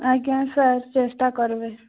ଆଜ୍ଞା ସାର୍ ଚେଷ୍ଟା କରିବି